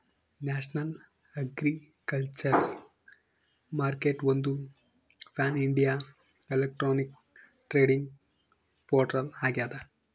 national agriculture ಮಾರ್ಕೆಟ್ಒಂದು pan India electronic trading portal ಆಗ್ಯದ